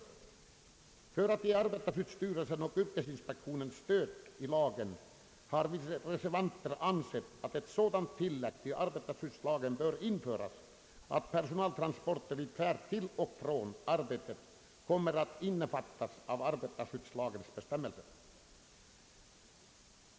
För att ge arbetarskyddsstyrelsen och skogsyrkesinspektionen stöd i lagen har vi reservanter ansett att ett sådant tillägg till arbetarskyddslagen bör införas att personaltransporter vid färd till och från arbetet kommer att innefattas under arbetarskyddslagens bestämmelser.